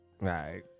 Right